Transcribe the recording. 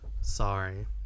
Sorry